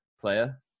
player